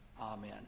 Amen